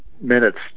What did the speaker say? minutes